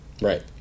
Right